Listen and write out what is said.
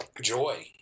joy